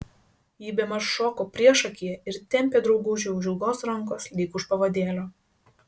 ji bemaž šoko priešakyje ir tempė draugužį už ilgos rankos lyg už pavadėlio